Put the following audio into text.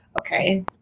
Okay